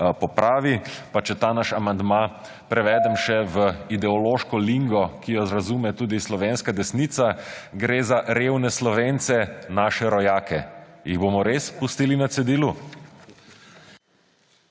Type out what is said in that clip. popravi. Pa če ta naš amandma prevedem še v ideološko lingo, ki jo razume tudi slovenska desnica; gre za revne Slovence, naše rojake. Jih bomo res pustili na cedilu?